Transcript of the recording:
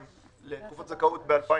לתקופת זכאות ב-2021